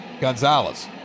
Gonzalez